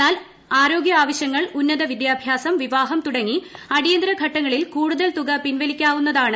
എന്നാൽ ആരോഗ്യാവശ്യങ്ങൾ ഉന്നത വിദ്യാഭ്യാസം വിവാഹം തുടങ്ങി അടിയന്തര ഘട്ടങ്ങളിൽ കൂടുതൽ തുക പിൻവലിക്കാവുന്നതാണ്